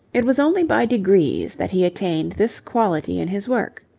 it was only by degrees that he attained this quality in his work.